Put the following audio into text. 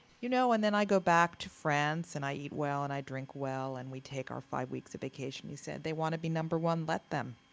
you know, and then, i go back to france. and i eat well. and i drink well. and we take our five weeks of vacation. he said, they want to be number one. let them.